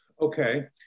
okay